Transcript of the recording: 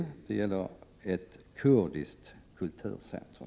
I reservationen visar man på behovet av ett kurdiskt kulturcentrum.